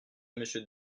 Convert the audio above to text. monsieur